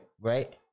right